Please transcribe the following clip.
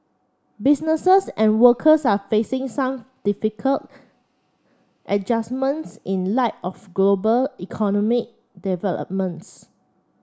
businesses and workers are facing some difficult adjustments in light of global economic developments